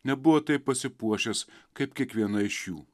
nebuvo taip pasipuošęs kaip kiekviena iš jų